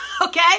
Okay